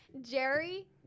Jerry